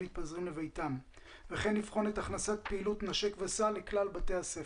מתפזרים לביתם וכן לבחון את הכנסת פעילות נשק וסע לכלל בתי הספר.